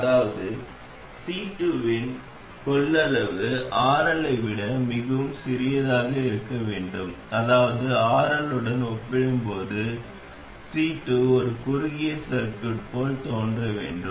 அதற்கான நிபந்தனை என்ன உண்மையில் இது எளிமையானது அதற்கான நிபந்தனை என்னவென்றால் C2≫1RL அதாவது C2 இன் கொள்ளளவு RL ஐ விட மிகவும் சிறியதாக இருக்க வேண்டும் அதாவது RL உடன் ஒப்பிடும்போது C2 ஒரு குறுகிய சர்கியூட் போல் தோன்ற வேண்டும்